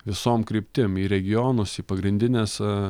visom kryptim į regionus į pagrindines